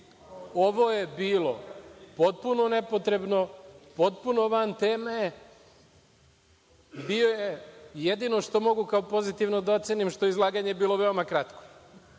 Ovo je bilo potpuno nepotrebno, potpuno van teme. Jedino što mogu kao pozitivno da ocenim jeste što je izlaganje bilo veoma kratko.